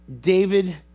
David